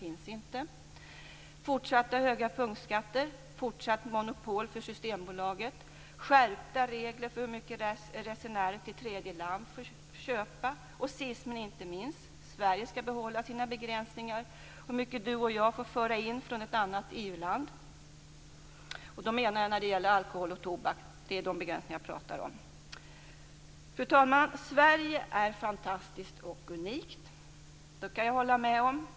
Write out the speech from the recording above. Det är fortsatta höga punktskatter, fortsatt monopol för Systembolaget, skärpta regler för hur mycket resenärer till tredje land får köpa, och sist men inte minst skall Sverige behålla sina begränsningar när det gäller hur mycket du och jag får föra in från ett annat EU land. Det här gäller alltså alkohol och tobak. Det är de begränsningar som jag talar om. Fru talman! Sverige är fantastiskt och unikt. Det kan jag hålla med om.